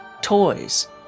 toys